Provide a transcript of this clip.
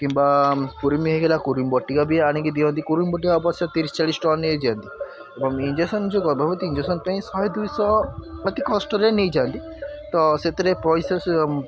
କିମ୍ବା କୁରୁମି ହୋଇଗଲା କୁରୁମି ବଟିକା ବି ଆଣିକି ଦିଅନ୍ତି କୁରୁମି ବଟିକା ଅବଶ୍ୟ ତିରିଶି ଚାଳିଶି ଟଙ୍କା ନେଇଯାଆନ୍ତି ଏବଂ ଇଞ୍ଜେକ୍ସନ୍ ଯେଉଁ ଗର୍ଭବତୀ ଇଞ୍ଜେକ୍ସନ୍ ପାଇଁ ଶହେ ଦୁଇଶହ ବାକି କଷ୍ଟରେ ନେଇଯାଆନ୍ତି ତ ସେଥିରେ ପଇସା ସେ